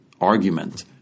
argument